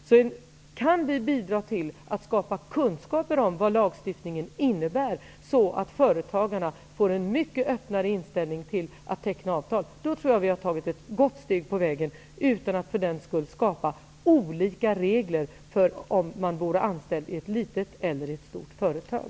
Om vi kan bidra till att skapa kunskap om vad lagstiftningen innebär, så att företagarna får en öppnare inställning till att teckna avtal, då tror jag att vi har tagit ett steg på vägen, utan att för den skull skapa olika regler för anställda i små och stora företag.